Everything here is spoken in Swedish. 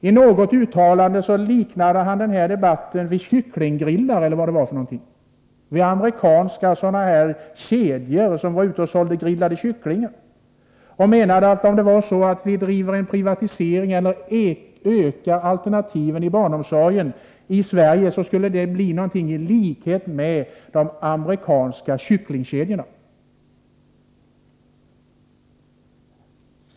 I något uttalande liknar han det här vid amerikanska kycklingkedjor som grillar och säljer kycklingar. Han menar att om vi driver en privatisering eller ökar alternativen inom barnomsorgen i Sverige, skulle det leda till någonting i likhet med amerikanska kycklingkedjor.